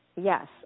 Yes